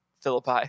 Philippi